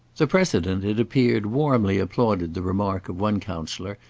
the president, it appeared, warmly applauded the remark of one counsellor,